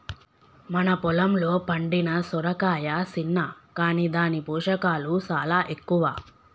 మన పొలంలో పండిన సొరకాయ సిన్న కాని దాని పోషకాలు సాలా ఎక్కువ